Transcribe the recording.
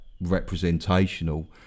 representational